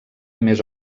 més